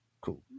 cool